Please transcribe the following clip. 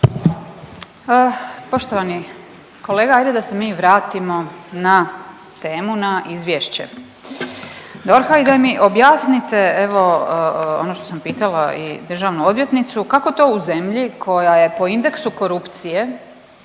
Poštovani kolega, ajde da se mi vratimo na temu, na izvješće DORH-a i da mi objasnite evo ono što sam pitala i državnu odvjetnicu, kako to u zemlji koja je po indeksu korupcije